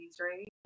right